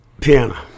Piano